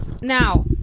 Now